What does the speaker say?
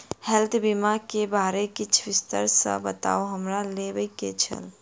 Health बीमा केँ बारे किछ विस्तार सऽ बताउ हमरा लेबऽ केँ छयः?